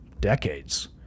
decades